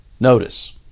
Notice